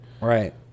Right